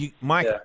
Mike